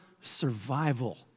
survival